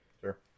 Sure